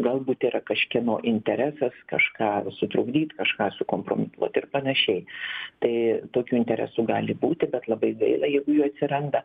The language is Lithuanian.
galbūt yra kažkieno interesas kažką sutrukdyt kažką sukompromituot ir panašiai tai tokių interesų gali būti bet labai gaila jeigu jų atsiranda